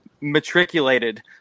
matriculated